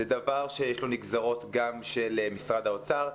זה דבר שיש לו נגזרות גם של משרד האוצר,